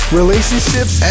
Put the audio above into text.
relationships